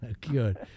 Good